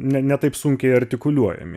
ne ne taip sunkiai artikuliuojami